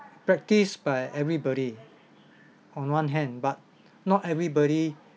practice by everybody on one hand but not everybody